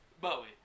Bowie